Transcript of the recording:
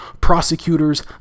prosecutors